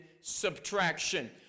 subtraction